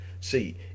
see